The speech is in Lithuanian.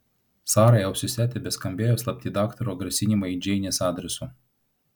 sarai ausyse tebeskambėjo slapti daktaro grasinimai džeinės adresu